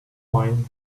wine